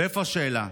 ואיפה, השאלה?